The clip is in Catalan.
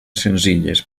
senzilles